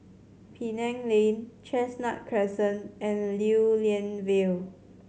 Penang Lane Chestnut Crescent and Lew Lian Vale